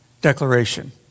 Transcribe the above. declaration